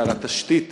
שעל התשתית